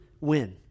win